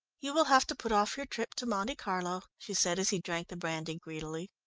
you will have to put off your trip to monte carlo, she said, as he drank the brandy greedily.